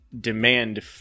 demand